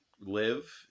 live